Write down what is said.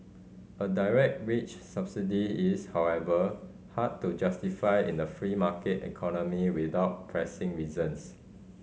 a direct wage subsidy is however hard to justify in a free market economy without pressing reasons